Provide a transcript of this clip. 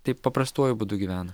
taip paprastuoju būdu gyvena